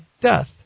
death